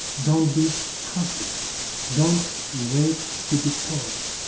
don't be passive don't wait to be taught